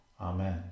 Amen